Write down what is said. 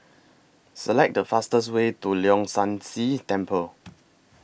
Select The fastest Way to Leong San See Temple